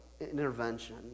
intervention